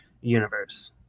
universe